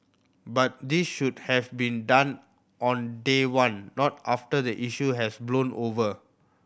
but this should have been done on day one not after the issue has blown over